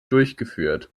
durchgeführt